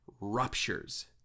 ruptures